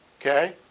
okay